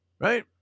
right